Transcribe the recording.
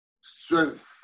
strength